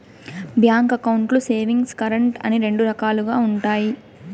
bank అకౌంట్లు savings, current అని రెండు రకాలుగా ఉంటాయి